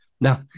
Now